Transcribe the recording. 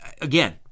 again